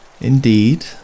indeed